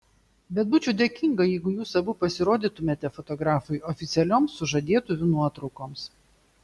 bet būčiau dėkinga jeigu jūs abu pasirodytumėte fotografui oficialioms sužadėtuvių nuotraukoms